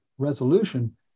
resolution